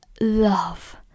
love